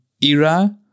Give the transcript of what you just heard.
era